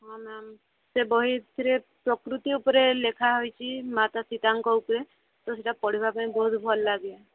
ହଁ ମ୍ୟାମ୍ ସେ ବହିଥିରେ ପ୍ରକୃତି ଉପରେ ଲେଖା ହୋଇଛି ମାତା ପିତାଙ୍କ ଉପରେ ତ ସେଇଟା ପଢ଼ିବା ପାଇଁ ବହୁତ ଭଲ ଲାଗେ